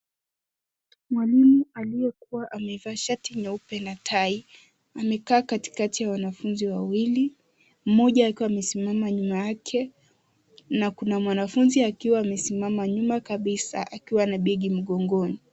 Mwalimu aliyekuwa amevaa shati nyeupe na tai amekaa katikati ya wanafunzi wawili. Mmoja akiwa amesimama nyuma yake na kuna mwanfunzi akiwa amesimama nyuma kabisa akiwa na begi mgongoni.